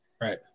Right